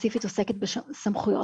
ספציפית עוסקת בסמכויות.